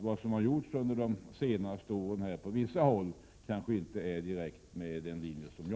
Vi skall inte dra några gränslinjer mellan stora